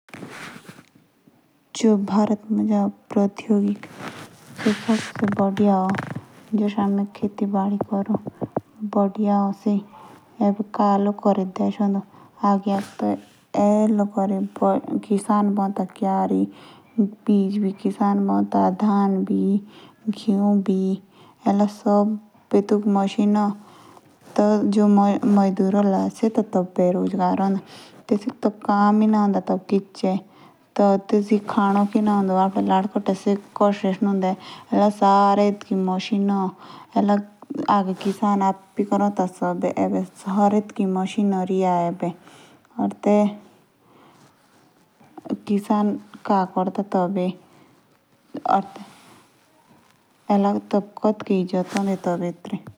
जो बारात मुझ जो प्रोद्यगिक बी एच। तो सबसे बढ़िया। जेसी हमें खेती बड़ी करु। तबे आगे किसान सब कुछ बाओ ता। एबे किच न बोई।